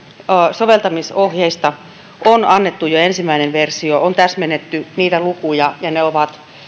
soveltamisohjeista on annettu jo ensimmäinen versio on täsmennetty niitä lukuja ja ne ovat